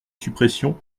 suppression